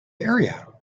area